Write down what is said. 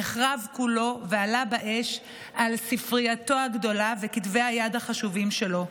נחרב כולו ועלה באש על ספרייתו הגדולה וכתבי היד החשובים שלו.